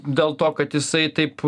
dėl to kad jisai taip